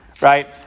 right